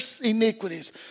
iniquities